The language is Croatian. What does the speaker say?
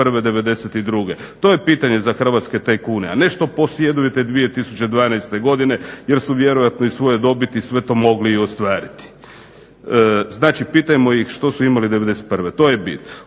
To je pitanje za hrvatske tajkune, a ne što posjedujete 2012. godine jer su vjerojatno iz svoje dobiti sve to mogli i ostvariti. Znači pitajmo ih što su imali '91., to je bit.